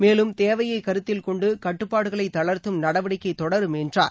மேலும் தேவையை கருத்தில் கொண்டு கட்டுப்பாடுகளை தளர்த்தும் நடவடிக்கை தொடரும் என்றார்